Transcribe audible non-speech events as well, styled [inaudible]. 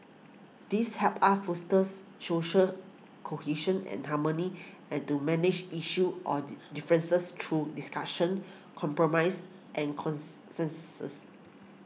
these help us fosters social cohesion and harmony and do manage issues or differences through discussion compromise and [unintelligible]